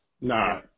Nah